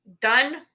done